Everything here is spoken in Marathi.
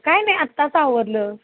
काही नाही आत्ताच आवरलं